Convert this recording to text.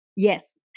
Yes